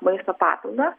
maisto papildą